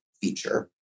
feature